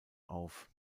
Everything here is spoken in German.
auf